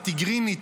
הטיגרית,